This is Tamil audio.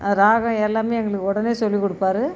ராகம் எல்லாமே எங்களுக்கு உடனே சொல்லி கொடுப்பாரு